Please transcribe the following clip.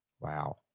Wow